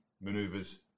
maneuvers